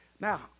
Now